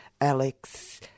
Alex